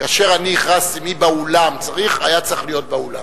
כאשר אני הכרזתי מי באולם, היה צריך להיות באולם,